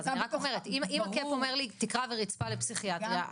אם הקאפ אומר לי תקרה ורצפה לפסיכיאטריה,